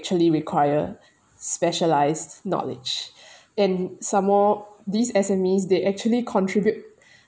actually require specialised knowledge and some more this S_M_Es they actually contribute